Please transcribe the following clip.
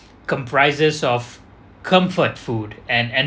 comprises of comfort food and and